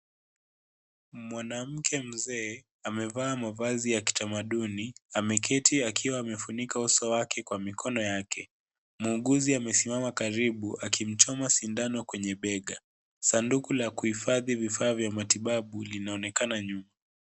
Mwanamke mzee, amevaa mavazi ya kitamaduni, ameketi akiwa amefunika uso wake kwa mikono yake. Muuguzi amesimama karibu, akimchoma sindano kwenye bega. Sanduku la kuhifadhi vifaa vya matibabu linaonekana nyuma.